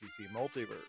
Multiverse